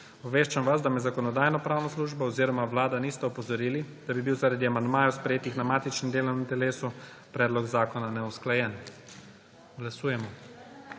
Obveščam vas, da me Zakonodajno-pravna služba oziroma vlada nista opozorili, da bi bil zaradi amandmajev, sprejetih na matičnem delovnem telesu, predlog zakona neusklajen.